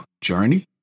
journey